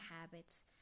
habits